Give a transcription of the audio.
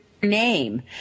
name